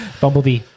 Bumblebee